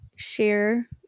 share